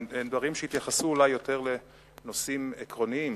אלה הם דברים שהתייחסו אולי יותר לנושאים עקרוניים,